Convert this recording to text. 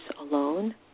alone